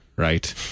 Right